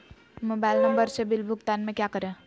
Mobile number से bill भुगतान में क्या करें?